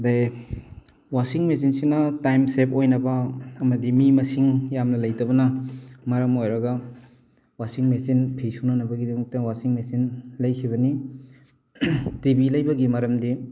ꯑꯗꯩ ꯋꯥꯁꯤꯡ ꯃꯦꯆꯤꯟꯁꯤꯅ ꯇꯥꯏꯝ ꯁꯦꯞ ꯑꯣꯏꯅꯕ ꯑꯃꯗꯤ ꯃꯤ ꯃꯁꯤꯡ ꯌꯥꯝꯅ ꯂꯩꯇꯕꯅ ꯃꯔꯝ ꯑꯣꯏꯔꯒ ꯋꯥꯁꯤꯡ ꯃꯦꯆꯤꯟ ꯐꯤ ꯁꯨꯅꯅꯕꯒꯤꯗꯃꯛꯇ ꯋꯥꯁꯤꯡ ꯃꯦꯆꯤꯟ ꯂꯩꯈꯤꯕꯅꯤ ꯇꯤꯚꯤ ꯂꯩꯕꯒꯤ ꯃꯔꯝꯗꯤ